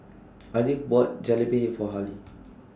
Ardith bought Jalebi For Halley